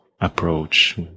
approach